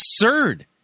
absurd